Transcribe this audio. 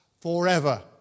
forever